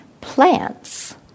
plants